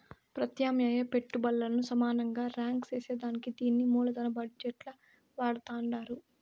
పెత్యామ్నాయ పెట్టుబల్లను సమానంగా రాంక్ సేసేదానికే దీన్ని మూలదన బజెట్ ల వాడతండారు